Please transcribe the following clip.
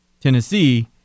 Tennessee